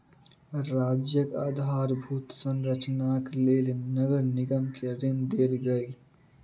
राज्यक आधारभूत संरचनाक लेल नगर निगम के ऋण देल गेल